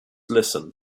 listen